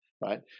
right